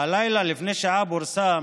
לפני שעה פורסם